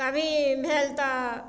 कभी भेल तऽ